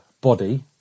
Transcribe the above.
body